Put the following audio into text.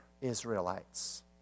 Israelites